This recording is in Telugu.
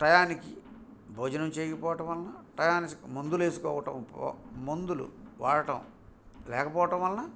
టయానికి భోజనం చేయకపోవటం వలన టయానికి మందులు వేసుకోవటం మందులు వాడటం లేకపోవటం వలన